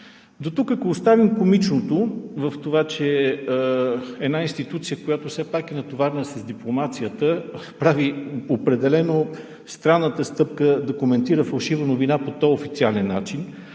новина. Ако оставим комичното в това, че една институция, която все пак е натоварена с дипломацията, прави определено странната стъпка да коментира фалшива новина по този официален начин,